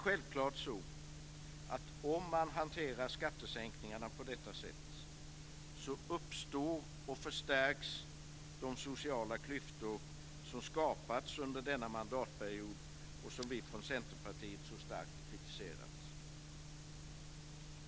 Självklart är det så att om man hanterar skattesänkningarna på detta sätt uppstår och förstärks de sociala klyftor som skapats under denna mandatperiod och som vi i Centerpartiet så starkt kritiserat.